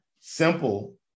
simple